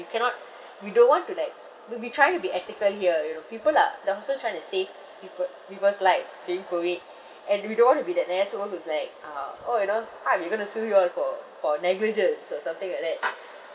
we cannot we don't want to like we we trying to be ethical here you know people are doctors are trying to save people people's lives okay COVID and we don't want to be that asshole who's like uh orh you know ah we going to sue you all for for negligence or something like that